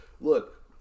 look